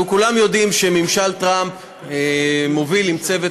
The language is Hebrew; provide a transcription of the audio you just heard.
אנחנו כולנו יודעים שממשל טראמפ מוביל עם צוות